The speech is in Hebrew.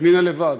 פנינה לבד,